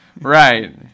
Right